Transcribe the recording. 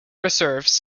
reserves